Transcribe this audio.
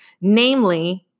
Namely